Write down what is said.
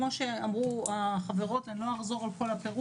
כמו שאמרו החברות ואני לא אחזור על הכול,